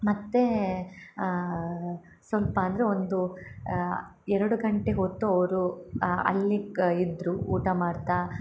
ಮತ್ತು ಸ್ವಲ್ಪ ಅಂದರೆ ಒಂದು ಎರಡು ಗಂಟೆ ಹೊತ್ತು ಅವರು ಅಲ್ಲಿ ಕ್ ಇದ್ದರು ಊಟ ಮಾಡ್ತಾ